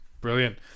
brilliant